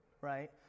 right